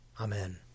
Amen